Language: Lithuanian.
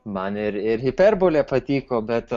man ir ir hiperbolė patiko bet